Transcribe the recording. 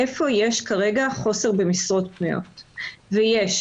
איפה יש כרגע חוסר במשרות פנויות, ויש.